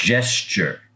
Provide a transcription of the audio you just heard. Gesture